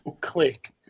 Click